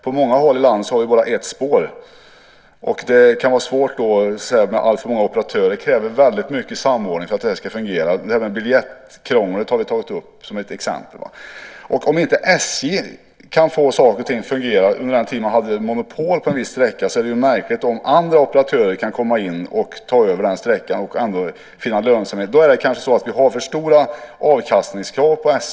På många håll i landet finns det bara ett spår, och det kan vara svårt med alltför många operatörer. Det krävs väldigt mycket samordning för att det ska fungera. Biljettkrånglet har vi tagit som ett exempel. Om SJ inte kan få saker och ting att fungera under den tid man har haft monopol på en viss sträcka vore det märkligt om andra operatörer kunde komma in och ta över den sträckan och finna lönsamhet. Då har vi kanske för stora avkastningskrav på SJ.